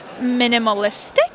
minimalistic